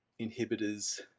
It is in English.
inhibitors